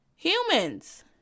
Humans